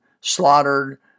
slaughtered